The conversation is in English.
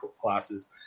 classes